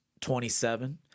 27